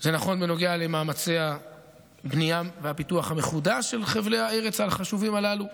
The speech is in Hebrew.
זה נכון בנוגע למאמצי הבנייה והפיתוח המחודש של חבלי הארץ החשובים הללו,